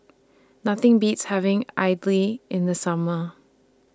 Nothing Beats having Idly in The Summer